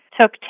took